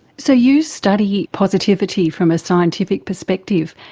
so you study positivity from a scientific perspective.